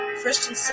Christian